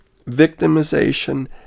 victimization